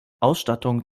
ausstattung